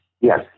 Yes